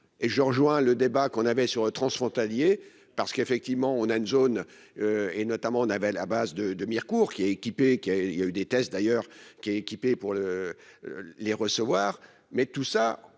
et je rejoins le débat qu'on avait sur transfrontalier parce qu'effectivement on a une zone. Et notamment on avait la base de de Mirecourt qui est équipé qui il y a eu des tests d'ailleurs qui est équipé pour le. Les recevoir